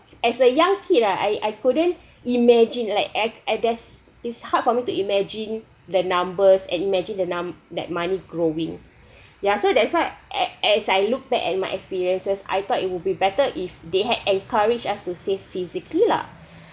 as a young kid ah I I couldn't imagine like act at there's it's hard for me to imagine the numbers and imagine the num~ that money growing ya so that's why as as I look back at my experiences I thought it would be better if they had encouraged us to save physically lah